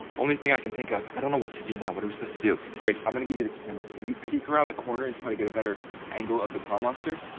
only thing i can think of. i don't know what to do now, what are we supposed to do? grace, i'm gonna give you the camera. can you peek around the corner and try to get a better angle of the pond monster?